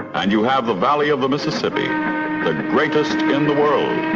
and you have the valley of the mississippi, the greatest in the world.